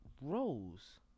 Rose